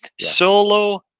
solo